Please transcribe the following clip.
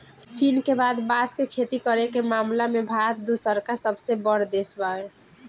चीन के बाद बांस के खेती करे के मामला में भारत दूसरका सबसे बड़ देश बावे